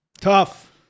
Tough